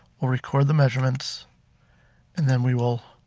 we'll record the measurements and then we will